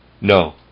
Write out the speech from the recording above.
no